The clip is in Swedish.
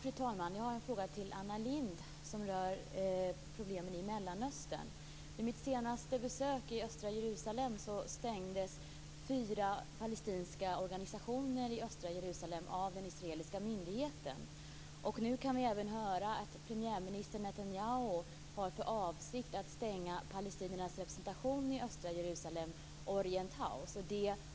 Fru talman! Jag har en fråga till Anna Lindh som rör problemen i Mellanöstern. Vid mitt senaste besök i östra Jerusalem stängde fyra palestinska organisationer av den israeliska myndigheten. Premiärminister Netanyahu har även för avsikt att stänga palestiniernas representation i östra Jerusalem, Orient House,